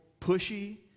pushy